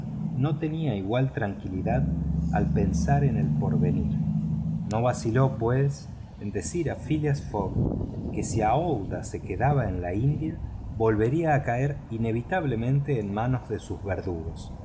no tenía igual tranquilidad al pensar en el porvenir no vaciló pues en decir a phileas fogg que si aouda se quedaba en la india volvería a caer inevitablemente en manos de sus verdugos